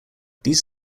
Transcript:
these